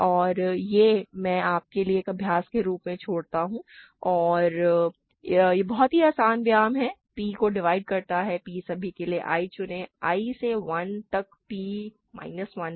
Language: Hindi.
और यह मैं आपके लिए एक अभ्यास के रूप में छोड़ता हूँ यह एक बहुत ही आसान व्यायाम है p को डिवाइड करता है p सभी के लिए i चुनें i से 1 तक p माइनस 1 है